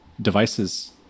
devices